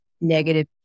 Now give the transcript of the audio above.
negative